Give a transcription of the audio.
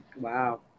Wow